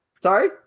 Sorry